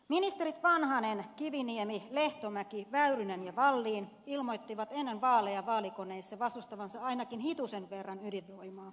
ministerit vanhanen kiviniemi lehtomäki väyrynen ja wallin ilmoittivat ennen vaaleja vaalikoneissa vastustavansa ainakin hitusen verran lisäydinvoimaa